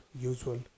usual